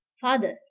father,